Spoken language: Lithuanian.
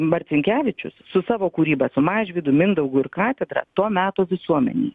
marcinkevičius su savo kūryba su mažvydu mindaugu ir katedra to meto visuomenei